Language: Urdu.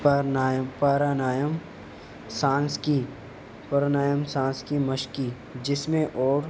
کار نائم پارا نائم سانس کی پرونائم سانس کی مشق جس میں اور